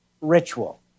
ritual